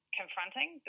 confronting